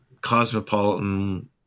cosmopolitan